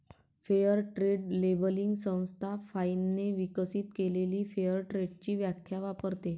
fair trade labelling संस्था फाइनने विकसित केलेली फेअर ट्रेडची व्याख्या वापरते